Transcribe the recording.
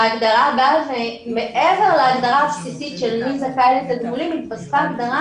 שההגדרה באה ומעבר להגדרה הבסיסית של מי זכאי לתגמולים התווספה הגדרה